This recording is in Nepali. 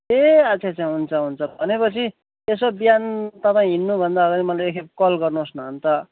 ए अच्छा अच्छा हुन्छ हुन्छ भनेपछि यसो बिहान तपाईँ हिँड्नुभन्दा अगाडि मलाई एकखेप कल गर्नुहोस् न अन्त